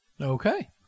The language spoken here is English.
Okay